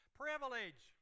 privilege